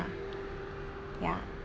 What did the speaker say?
ya